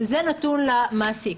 זה נתון למעסיק.